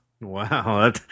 Wow